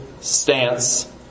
stance